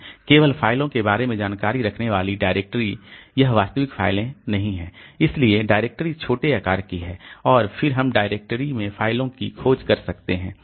केवल फाइलों के बारे में जानकारी रखने वाली डायरेक्टरी यह वास्तविक फ़ाइल नहीं है इसलिए डायरेक्टरी छोटे आकार की है और फिर हम डायरेक्टरी में फ़ाइल की खोज कर सकते हैं